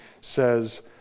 says